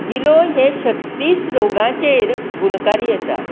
गिलोय हे शक्ती रोगांचेर गुणकारी आसा